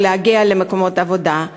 או להגיע למקומות עבודה?